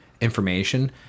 information